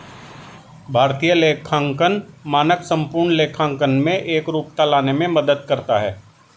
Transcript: भारतीय लेखांकन मानक संपूर्ण लेखांकन में एकरूपता लाने में मदद करता है